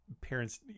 parents